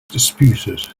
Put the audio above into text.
disputed